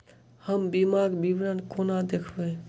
हम बीमाक विवरण कोना देखबै?